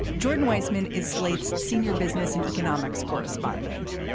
jordan weissmann is slate's senior business and economics correspondent.